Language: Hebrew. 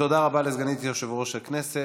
תודה רבה לסגנית יושב-ראש הכנסת,